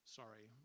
sorry